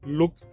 look